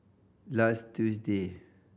last Tuesday